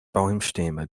baumstämme